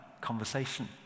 conversation